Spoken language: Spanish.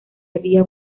había